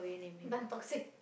Tan-Tock-Seng